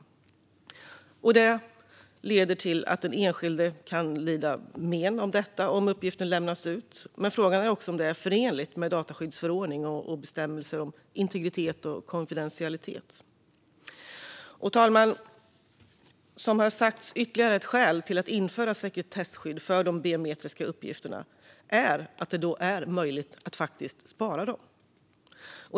Detta skulle riskera att leda till att den enskilde lider men om uppgifter lämnas ut, men frågan är också om detta är förenligt med dataskyddsförordningens bestämmelser om integritet och konfidentialitet. Herr talman! Ytterligare ett skäl till att införa sekretesskydd för de biometriska uppgifterna är att det då är möjligt att spara dem.